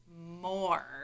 more